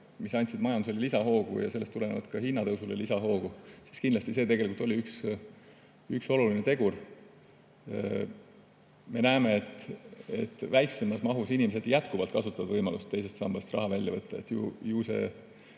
mis andsid majandusele lisahoogu ja sellest tulenevalt ka hinnatõusule lisahoogu, siis kindlasti see oli üks oluline tegur. Me näeme, et väiksemas mahus kasutavad inimesed jätkuvalt võimalust teisest sambast raha välja võtta. Ju see